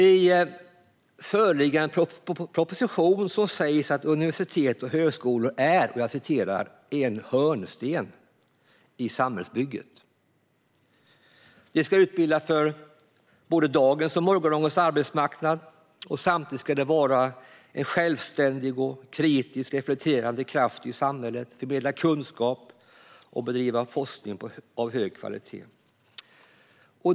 I föreliggande proposition sägs att universitet och högskolor är "en hörnsten" i samhällsbygget. De ska utbilda för både dagens och morgondagens arbetsmarknad. Samtidigt ska de vara en självständig och kritiskt reflekterande kraft i samhället, förmedla kunskap och bedriva forskning av hög kvalitet.